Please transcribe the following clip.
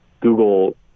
Google